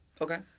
Okay